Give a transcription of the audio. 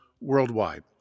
worldwide